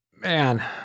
man